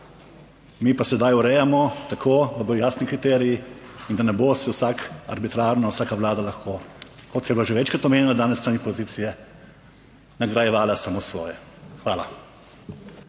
mi pa sedaj urejamo tako, da bodo jasni kriteriji in da ne bo vsak arbitrarno, vsaka vlada lahko, kot je bilo že večkrat omenjeno danes s strani opozicije nagrajevala samo svoje. Hvala.